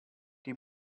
die